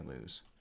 lose